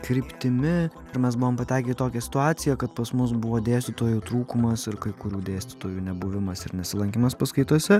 kryptimi ir mes buvom patekę į tokią situaciją kad pas mus buvo dėstytojų trūkumas ir kai kurių dėstytojų nebuvimas ir nesilankymas paskaitose